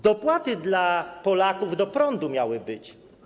Dopłaty dla Polaków do prądu miały być.